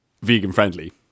vegan-friendly